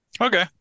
Okay